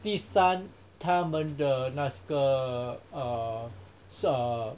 第三他们的那个 err err